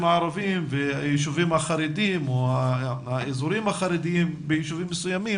הערביים והיישובים החרדים או האזורים החרדים ביישובים מסוימים.